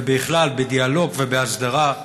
ובכלל בדיאלוג ובהסדרה,